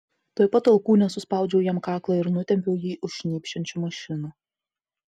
tuoj pat alkūne suspaudžiau jam kaklą ir nutempiau jį už šnypščiančių mašinų